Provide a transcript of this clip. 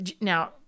now